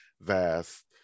vast